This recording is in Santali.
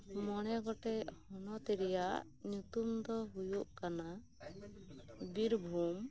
ᱢᱚᱲᱮᱜᱚᱴᱮᱡ ᱦᱚᱱᱚᱛ ᱨᱮᱭᱟᱜ ᱧᱩᱛᱩᱢ ᱫᱚ ᱦᱩᱭᱩᱜ ᱠᱟᱱᱟ ᱵᱤᱨᱵᱷᱩᱢ